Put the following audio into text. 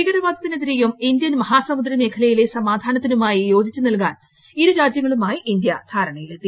ഭീകരവാദത്തിനെതിരെയും Indian മഹാസമുദ്ര മേഖലയിലെ സമാധാനത്തിനുമായി യോജിച്ച് നിൽക്കാൻ ഇരുരാജ്യങ്ങളുമായി ഇന്ത്യ ധാരണയിലെത്തി